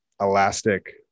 elastic